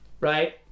right